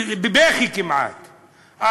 כמעט בבכי,